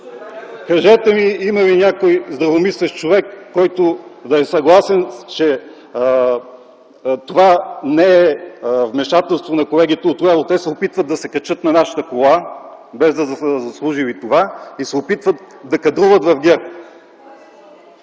кажете ми има ли някой здравомислещ човек, който да е съгласен, че това не е вмешателство на колегите отляво? Те се опитват да се качат на нашата кола, без да са заслужили това, и се опитват да кадруват в ГЕРБ.